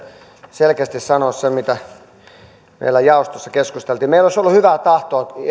selkeästi sanoa sen mitä meillä jaostossa keskusteltiin meillä olisi ollut hyvää tahtoa